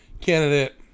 candidate